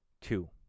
Two